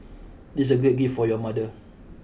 this is a great gift for your mother